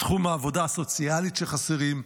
בתחום העבודה הסוציאלית שחסרים,